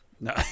No